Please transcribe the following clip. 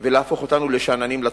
להישנות ולהפוך אותנו לשאננים לתופעה.